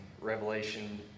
Revelation